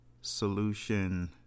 solution